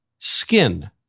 Skin